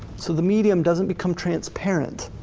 so the medium doesn't become transparent.